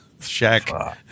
Shaq